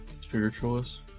Spiritualist